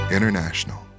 International